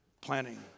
planning